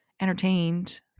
entertained